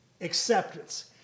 acceptance